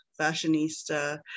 fashionista